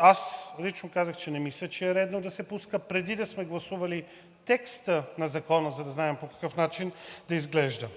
Аз лично казах, че не мисля, че е редно да се пуска, преди да сме гласували текста на Закона, за да знаем по какъв начин да изглежда.